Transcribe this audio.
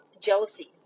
jealousy